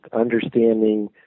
understanding